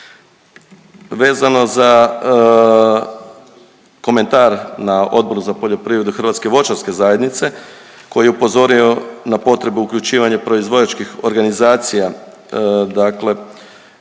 Vezano za komentar na Odboru za poljoprivredu Hrvatske voćarske zajednice koji je upozorio na potrebu uključivanja proizvođačkih organizacija dakle